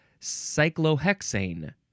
cyclohexane